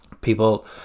people